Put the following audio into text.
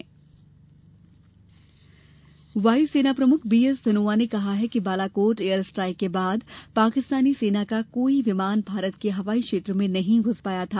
air strike वायुसेना प्रमुख BS Dhanoa ने कहा है कि बालाकोट एयर स्ट्राइक के बाद पाकिस्तानी सेना का कोई विमान भारत के हवाई क्षेत्र में नहीं घूस पाया था